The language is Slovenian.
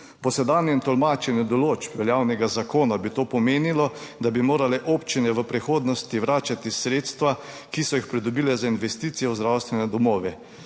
Po sedanjem tolmačenju določb veljavnega zakona bi to pomenilo, da bi morale občine v prihodnosti vračati sredstva, ki so jih pridobile za investicije v zdravstvene domove,